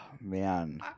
man